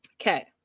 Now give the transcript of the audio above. Okay